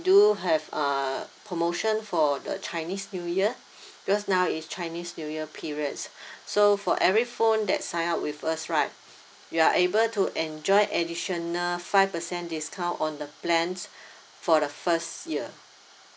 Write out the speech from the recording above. do have uh promotion for the chinese new year because now is chinese new year period so for every phone that sign up with us right you are able to enjoy additional five percent discount on the plans for the first year